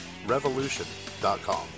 revolution.com